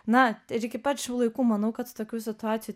na ir iki pat šių laikų manau kad tokių situacijų